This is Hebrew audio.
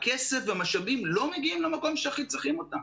הכסף והמשאבים לא מגיעים למקום שהכי צריכים אותם.